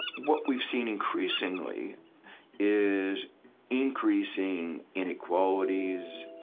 what we've seen increasingly is increasing inequalities,